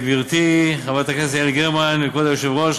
גברתי חברת הכנסת יעל גרמן וכבוד היושב-ראש,